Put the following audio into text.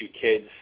kids